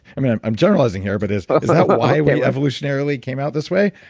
i mean i'm i'm generalizing here, but is that why we evolutionarily came out this way,